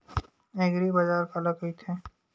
एग्रीबाजार काला कइथे?